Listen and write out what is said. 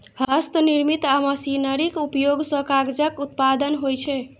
हस्तनिर्मित आ मशीनरीक उपयोग सं कागजक उत्पादन होइ छै